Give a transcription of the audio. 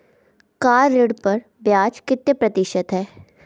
Car ऋण पर ब्याज कितने प्रतिशत है?